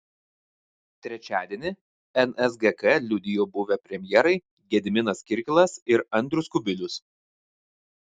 trečiadienį nsgk liudijo buvę premjerai gediminas kirkilas ir andrius kubilius